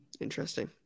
Interesting